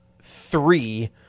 three